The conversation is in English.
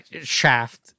Shaft